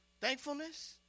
Thankfulness